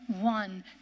one